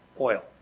Oil